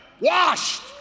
washed